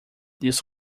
this